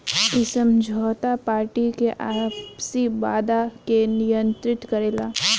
इ समझौता पार्टी के आपसी वादा के नियंत्रित करेला